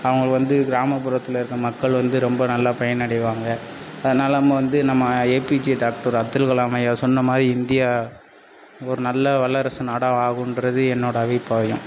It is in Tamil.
அவங்க வந்து கிராமப்புறத்தில் இருக்க மக்கள் வந்து ரொம்ப நல்லா பயனடைவாங்க அதனால நம்ம வந்து நம்ம ஏபிஜே டாக்டர் அப்துல்கலாம் ஐயா சொன்னமாதிரி இந்தியா ஒரு நல்ல வல்லரசு நாடாக ஆகுன்றது என்னோடய அபிப்ராயம்